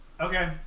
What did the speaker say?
Okay